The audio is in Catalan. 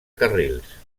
carrils